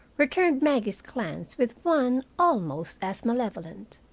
returned maggie's glance with one almost as malevolent.